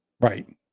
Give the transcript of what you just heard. Right